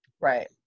Right